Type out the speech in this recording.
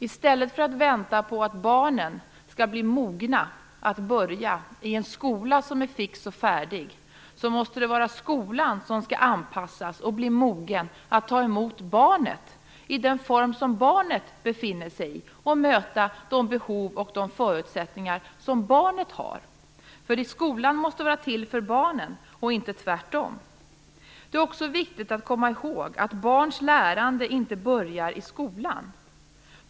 I stället för att vänta på att barnen skall bli mogna att börja i en skola som är fix och färdig måste det vara skolan som skall anpassas och bli mogen att ta emot barnet i den form som barnet befinner sig i och möta de behov och de förutsättningar som barnet har. Skolan måste vara till för barnen och inte tvärtom. Det är också viktigt att komma ihåg att barns lärande inte börjar i skolan.